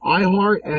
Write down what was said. iHeart